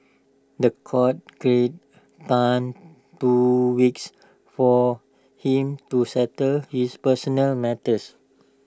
The Court granted Tan two weeks for him to settle his personal matters